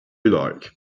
like